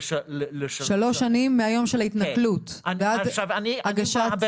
שלוש שנים מהיום של ההתנכלות ועד הגשת --- בהגינות,